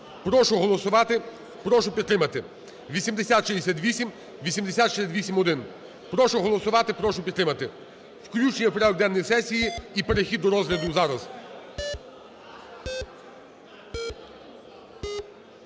Прошу голосувати. Прошу підтримати. 8068, 8068-1. Прошу голосувати. Прошу підтримати. Включення в порядок денний сесії і перехід до розгляду зараз.